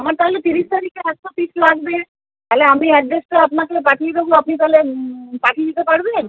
আমার তাহলে তিরিশ তারিখে একশো পিস লাগবে তাহলে আমি অ্যাড্রেসটা আপনাকে পাঠিয়ে দেবো আপনি তাহলে পাঠিয়ে দিতে পারবেন